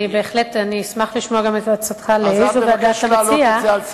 אני אשמח לשמוע גם את הצעתך לאיזו ועדה להעביר,